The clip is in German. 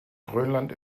grönland